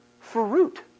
Fruit